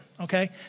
okay